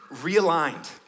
realigned